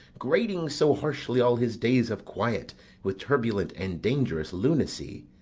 grating so harshly all his days of quiet with turbulent and dangerous lunacy?